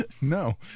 no